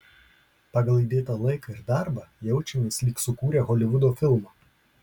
pagal įdėtą laiką ir darbą jaučiamės lyg sukūrę holivudo filmą